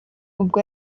ubwo